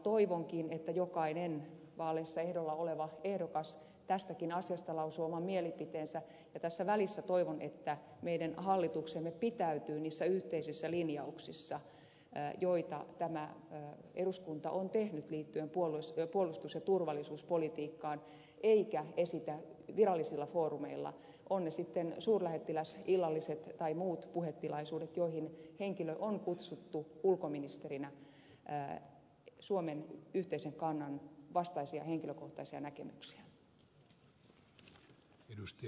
toivonkin että jokainen vaaleissa ehdolla oleva ehdokas tästäkin asiasta lausuu oman mielipiteensä ja toivon että meidän hallituksemme tässä välissä pitäytyy niissä yhteisissä linjauksissa joita tämä eduskunta on tehnyt liittyen puolustus ja turvallisuuspolitiikkaan eikä esitä virallisilla foorumeilla ovat ne sitten suurlähettiläsillalliset tai muut puhetilaisuudet joihin henkilö on kutsuttu ulkoministerinä suomen yhteisen kannan vastaisia henkilökohtaisia näkemyksiä